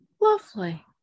Lovely